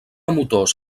motors